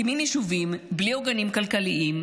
מקימים יישובים בלי עוגנים כלכליים,